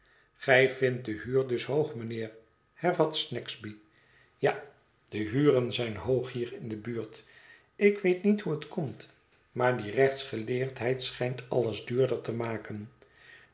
de huur dus hoog mijnheer hervat snagsby ja de huren zijn hoog hier in de buurt ik weet niet hoe het komt maar die rechtsgeleerdheid schijnt alles duurder te maken